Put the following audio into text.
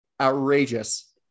outrageous